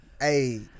hey